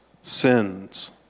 sins